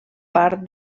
part